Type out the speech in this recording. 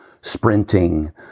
sprinting